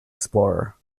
explorer